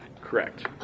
Correct